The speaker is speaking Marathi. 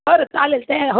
बरं चालेल ते हो